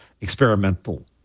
experimental